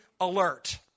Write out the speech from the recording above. alert